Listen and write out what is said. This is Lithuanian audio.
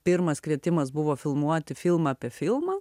pirmas kvietimas buvo filmuoti filmą apie filmą